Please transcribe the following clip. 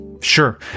Sure